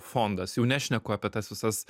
fondas jau nešneku apie tas visas